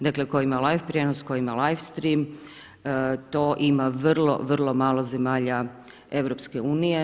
Dakle, koja ima life prijenos, koja ime life stream, to ima vrlo, vrlo malo zemalja EU.